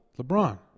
LeBron